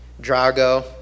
Drago